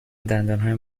دندانهایم